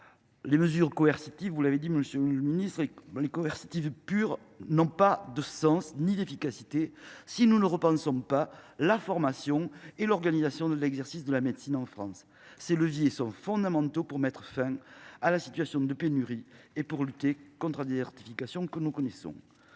des médecins. Vous l’avez dit, monsieur le ministre, les mesures coercitives pures n’auront pas de sens ni d’efficacité si nous ne repensons pas la formation et l’organisation de l’exercice de la médecine en France. Ces leviers sont fondamentaux pour mettre fin à la situation de pénurie et pour lutter contre la désertification médicale que nous connaissons.